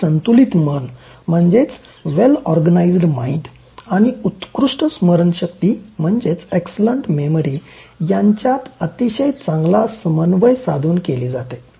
हे संतुलित मन आणि उत्कृष्ट स्मरणशक्ती यांच्यात अतिशय चांगला समन्वय साधून केले जाते